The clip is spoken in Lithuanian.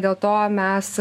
dėl to mes